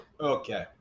Okay